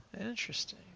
Interesting